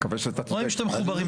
אני מקווה שאתה צודק.